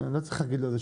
בסדר?